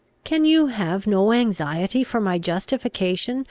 can you have no anxiety for my justification,